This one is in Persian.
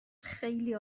خیلی